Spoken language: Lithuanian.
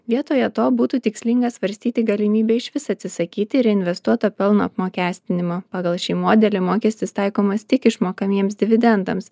vietoje to būtų tikslinga svarstyti galimybę išvis atsisakyti reinvestuoto pelno apmokestinimo pagal šį modelį mokestis taikomas tik išmokamiems dividendams